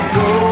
go